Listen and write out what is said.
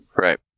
Right